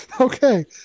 Okay